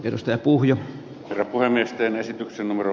edustajat puuhia karkoimiesten esityksen numero